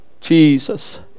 Jesus